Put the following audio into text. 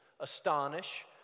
Astonish